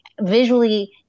Visually